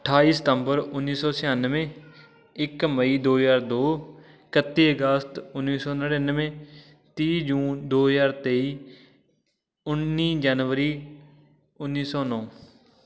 ਅਠਾਈ ਸਤੰਬਰ ਉੱਨੀ ਸੌ ਛਿਆਨਵੇਂ ਇੱਕ ਮਈ ਦੋ ਹਜ਼ਾਰ ਦੋ ਇਕੱਤੀ ਅਗਸਤ ਉੱਨੀ ਸੌ ਨੜਿਨਵੇਂ ਤੀਹ ਜੂਨ ਦੋ ਹਜ਼ਾਰ ਤੇਈ ਉੱਨੀ ਜਨਵਰੀ ਉੱਨੀ ਸੌ ਨੌ